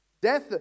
Death